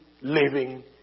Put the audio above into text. living